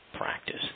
practice